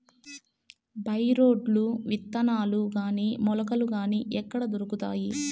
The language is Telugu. బై రోడ్లు విత్తనాలు గాని మొలకలు గాని ఎక్కడ దొరుకుతాయి?